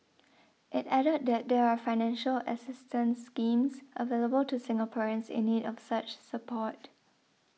it added that there are financial assistance schemes available to Singaporeans in need of such support